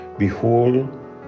Behold